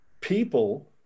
people